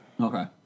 Okay